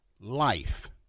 life